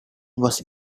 was